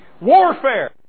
Warfare